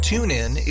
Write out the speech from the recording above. TuneIn